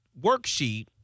worksheet